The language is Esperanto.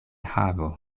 havo